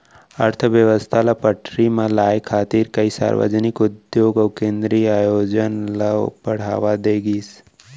अर्थबेवस्था ल पटरी म लाए खातिर कइ सार्वजनिक उद्योग अउ केंद्रीय आयोजन ल बड़हावा दे गिस